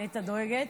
נטע דואגת.